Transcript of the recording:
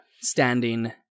standing